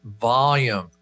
volume